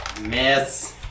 Miss